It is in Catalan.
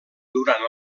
durant